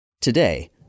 Today